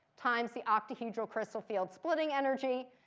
times the optic single crystal field splitting energy,